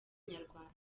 nyarwanda